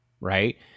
Right